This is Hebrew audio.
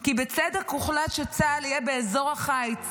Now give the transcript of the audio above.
כי בצדק הוחלט שצה"ל יהיה באזור החיץ